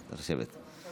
צריך לשבת.